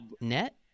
.net